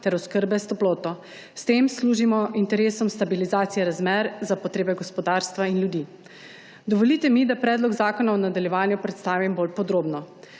ter oskrbe s toploto. S tem služimo interesom stabilizacije razmer za potrebe gospodarstva in ljudi. Dovolite mi, da predlog zakona v nadaljevanju predstavim bolj podrobno.